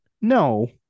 no